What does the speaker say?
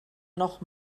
noch